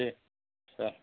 दे सार